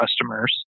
customers